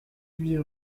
huit